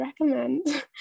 recommend